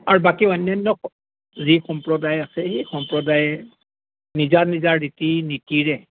আৰু বাকী অন্যান্য যি সম্প্ৰদায় আছে সেই সম্প্ৰদায়ে নিজা নিজা ৰীতি নীতিৰে